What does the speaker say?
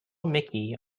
mickey